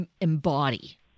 embody